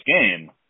game